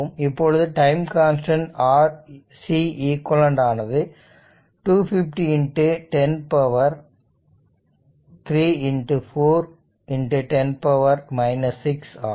இப்பொழுது time constant RCq ஆனது 250 103 4 10 6 ஆகும்